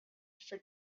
for